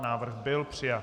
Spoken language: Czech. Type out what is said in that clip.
Návrh byl přijat.